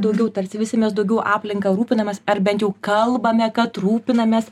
daugiau tarsi visi mes daugiau aplinka rūpinamės ar bent jau kalbame kad rūpinamės